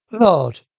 Lord